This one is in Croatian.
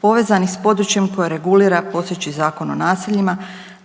povezanih s područjem koje regulira postojeći zakon o naseljima